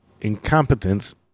incompetence